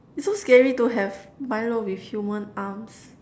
it's so scary to have Milo with human arms